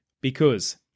because-